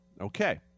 okay